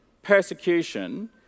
persecution